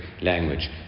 language